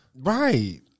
Right